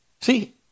See